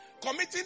committing